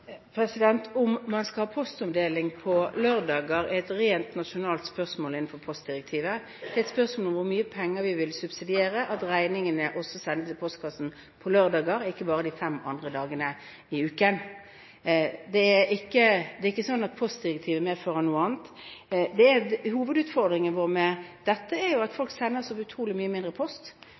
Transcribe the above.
er et spørsmål om hvor mye penger vi vil bruke på å subsidiere at regningene også sendes i postkassen på lørdager, ikke bare fem andre dager i uken. Det er ikke sånn at postdirektivet medfører noe annet. Hovedutfordringen vår med dette er at folk sender så utrolig mye mindre post.